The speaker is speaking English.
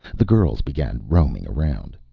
the girls began roaming around.